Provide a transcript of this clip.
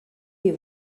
les